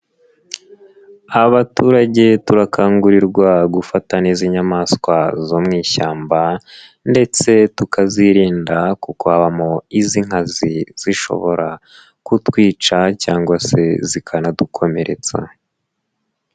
Abaturage turakangurirwa gufata neza inyamaswa zo mu ishyamba ndetse tukazirinda kuko habamo iz'inkazi, zishobora kutwica cyangwa se zikanadukomeretsa.